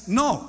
no